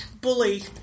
bully